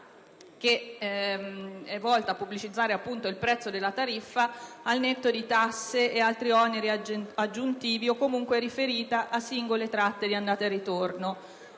ingannevole la pubblicità delle tariffe al netto di tasse e altri oneri aggiuntivi o comunque riferite a singole tratte di andata o ritorno.